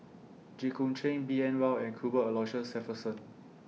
Jit Koon Ch'ng B N Rao and Cuthbert Aloysius Shepherdson